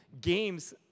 games